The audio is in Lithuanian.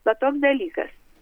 va toks dalykas